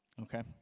Okay